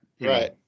right